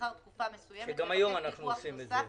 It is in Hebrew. לאחר תקופה מסוימת" -- שגם היום אנחנו עושים את זה.